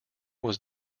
was